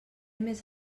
més